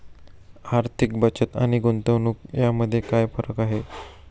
आर्थिक बचत आणि गुंतवणूक यामध्ये काय फरक आहे?